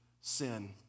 sin